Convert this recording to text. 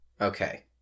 Okay